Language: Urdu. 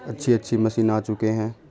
اچھی اچھی مشین آ چکے ہیں